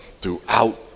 throughout